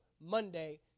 Monday